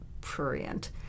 prurient